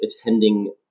attending